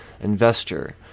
investor